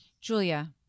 Julia